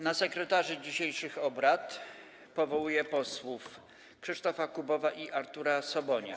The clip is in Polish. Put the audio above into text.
Na sekretarzy dzisiejszych obrad powołuję posłów Krzysztofa Kubowa i Artura Sobonia.